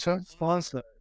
sponsor